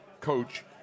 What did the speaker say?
coach